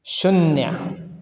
शुन्य